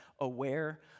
aware